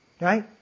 Right